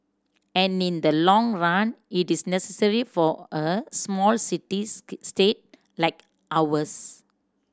and in the long run it is necessary for a small city state like ours